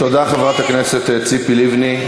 תודה, חברת הכנסת ציפי לבני.